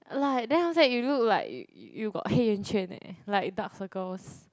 like then after that you look like you got hei yan quan eh like dark circles